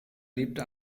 lebte